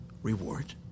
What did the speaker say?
Reward